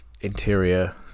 interior